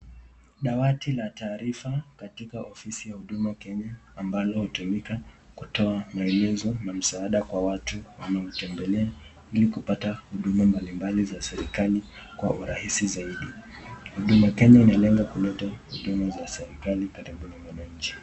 Dawati la taarifa katika ofisi ya Huduma Kenya ambalo hutumika kutoa maelezo na msaada kwa watu wanaotembelea ili kupata huduma mbalimbali za serikali kwa urahisi zaidi. Huduma Kenya inalenga kuleta huduma za serikali karibu na mwananchi.